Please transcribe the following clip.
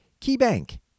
KeyBank